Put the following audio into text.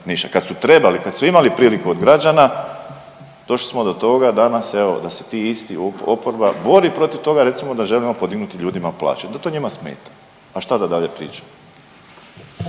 kad su imali priliku od građana došli smo do toga da nam se evo da se ti isti oporba bori protiv toga recimo da želimo podignuti ljudima plaće, da to njima smeta. A šta da dalje pričam.